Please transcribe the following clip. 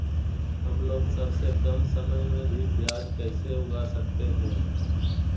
हमलोग सबसे कम समय में भी प्याज कैसे उगा सकते हैं?